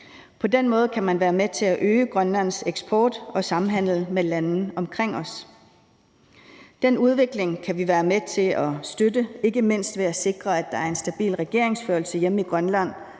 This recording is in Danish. På den måde kan man være med til at øge Grønlands eksport og samhandel med lande omkring os. Den udvikling kan vi være med til at støtte, ikke mindst ved at sikre, at der er en stabil regeringsførelse hjemme i Grønland